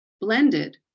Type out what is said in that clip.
Blended